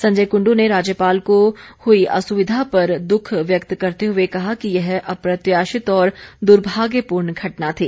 संजय कुंडू ने राज्यपाल को हुई असुविधा पर दुख व्यक्त करते हुए कहा कि यह अप्रत्याशित और दुर्भाग्यपूर्ण घटना थी